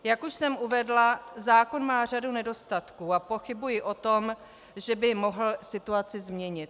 Jak už jsem uvedla, zákon má řadu nedostatků a pochybuji o tom, že by mohl situaci změnit.